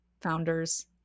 founders